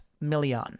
million